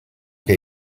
che